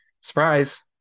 Surprise